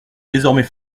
désormais